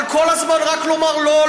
אבל כל הזמן רק לומר לא,